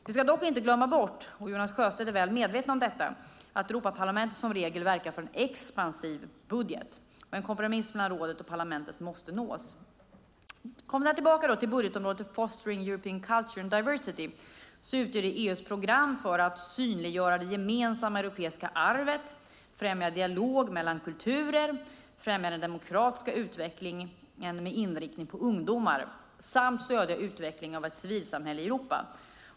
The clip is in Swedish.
Vi ska dock inte glömma bort - och Jonas Sjöstedt är väl medveten om detta - att Europaparlamentet som regel verkar för en expansiv budget. En kompromiss mellan rådet och parlamentet måste nås. Budgetområdet Fostering European culture and diversity utgör EU:s program för att synliggöra det gemensamma europeiska arvet, främja dialog mellan kulturer, främja den demokratiska utvecklingen med inriktning på ungdomar samt stödja utvecklingen av ett civilt samhälle i Europa.